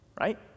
right